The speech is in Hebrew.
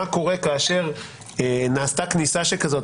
מה קורה כאשר נעשתה כניסה שכזאת,